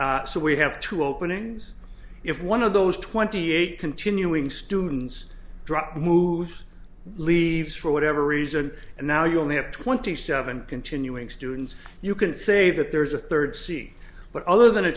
so we have two openings if one of those twenty eight continuing students drop move leaves for whatever reason and now you only have twenty seven continuing students you can say that there's a third c but other than a